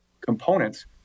components